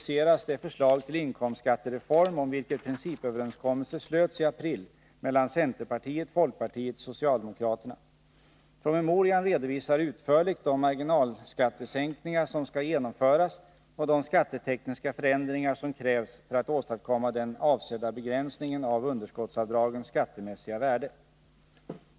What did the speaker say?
seras det förslag till inkomstskattereform om vilket principöverenskommelse slöts i april mellan centerpartiet, folkpartiet och socialdemokraterna. Promemorian redovisar utförligt de marginalskattesänkningar som skall genomföras och de skattetekniska förändringar som krävs för att åstadkomma den avsedda begränsningen av underskottsavdragens skattemässiga värde.